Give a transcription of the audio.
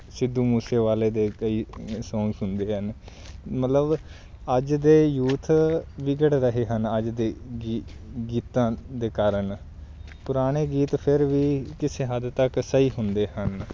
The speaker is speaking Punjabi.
ਸਿੱਧੂ ਮੂਸੇ ਵਾਲੇ ਦੇ ਕਈ ਸੌਂਗ ਸੁਣਦੇ ਹਨ ਮਤਲਬ ਅੱਜ ਦੇ ਯੂਥ ਵਿਗੜ ਰਹੇ ਹਨ ਅੱਜ ਦੇ ਗੀ ਗੀਤਾਂ ਦੇ ਕਾਰਨ ਪੁਰਾਣੇ ਗੀਤ ਫਿਰ ਵੀ ਕਿਸੇ ਹੱਦ ਤੱਕ ਸਹੀ ਹੁੰਦੇ ਹਨ